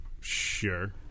Sure